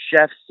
chefs